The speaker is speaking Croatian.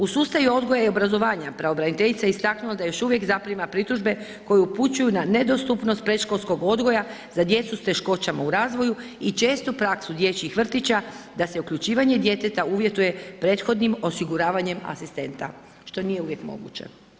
U sustav odgoja i obrazovanja pravobraniteljica je istaknula da još uvijek zaprima pritužbe koje upućuju na nedostupnost predškolskog odgoja za djecu s teškoćama u razvoju i čestu praksu dječjih vrtića da se uključivanje djeteta uvjetuje prethodnim osiguravanjem asistenta što nije uvijek moguće.